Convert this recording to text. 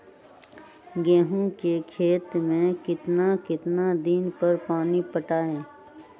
गेंहू के खेत मे कितना कितना दिन पर पानी पटाये?